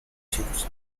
shifts